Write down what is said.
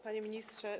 Panie Ministrze!